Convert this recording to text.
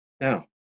Now